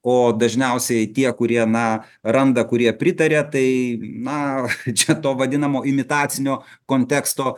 o dažniausiai tie kurie na randa kurie pritaria tai na čia to vadinamo imitacinio konteksto